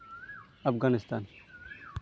Afghanistan